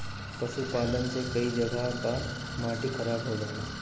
पशुपालन से कई जगह कअ माटी खराब हो जाला